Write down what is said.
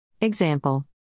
Example